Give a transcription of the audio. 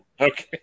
Okay